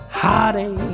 heartache